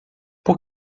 por